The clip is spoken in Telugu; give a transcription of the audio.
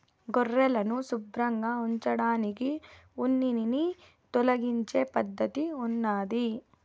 గొర్రెలను శుభ్రంగా ఉంచడానికి ఉన్నిని తొలగించే పద్ధతి ఉన్నాది